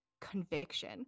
conviction